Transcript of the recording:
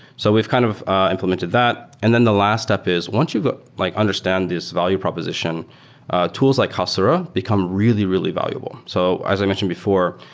so we've kind of implemented that. and then the last step is once you've ah like understand this value proposition tools like hasura become really, really valuable. so valuable. as i mentioned before,